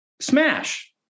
Smash